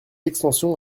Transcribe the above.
extension